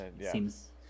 seems